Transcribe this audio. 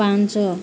ପାଞ୍ଚ